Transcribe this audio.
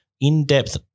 in-depth